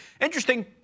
Interesting